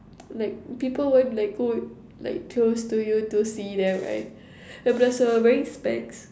like people won't like go like close to you to see them right then plus you're wearing specs